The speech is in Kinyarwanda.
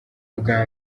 ubwa